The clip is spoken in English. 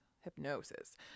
hypnosis